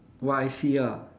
what I see ah